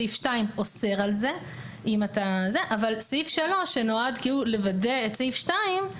סעיף 2 אוסר על זה אבל סעיף 3 שנועד לוודא את סעיף 2,